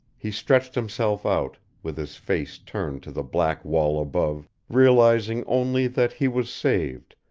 he stretched himself out, with his face turned to the black wall above, realizing only that he was saved,